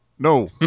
No